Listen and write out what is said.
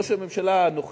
ראש הממשלה, אנוכי,